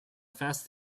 fast